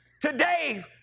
today